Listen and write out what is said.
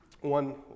One